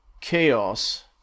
chaos